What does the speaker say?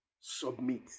submit